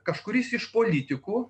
kažkuris iš politikų